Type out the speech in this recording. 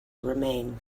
remain